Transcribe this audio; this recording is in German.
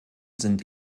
sind